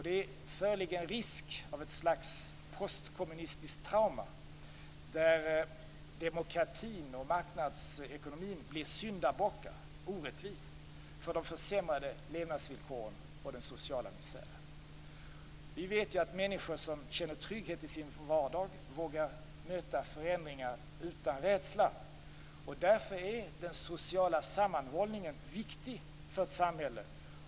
Det föreligger en risk för ett slags postkommunistiskt trauma där demokratin och marknadsekonomin orättvist blir syndabockar för de försämrade levnadsvillkoren och den sociala misären. Vi vet att människor som känner trygghet i sin vardag vågar möta förändringar utan rädsla. Därför är den sociala sammanhållningen viktig för ett samhälle.